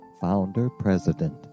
founder-president